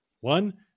One